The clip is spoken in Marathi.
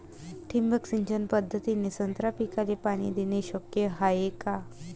ठिबक सिंचन पद्धतीने संत्रा पिकाले पाणी देणे शक्य हाये का?